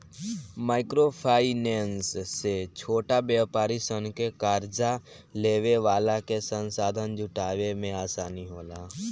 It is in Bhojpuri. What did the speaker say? माइक्रो फाइनेंस से छोट व्यापारी सन के कार्जा लेवे वाला के संसाधन जुटावे में आसानी होला